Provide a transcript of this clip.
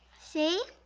see?